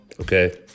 Okay